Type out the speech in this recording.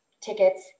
tickets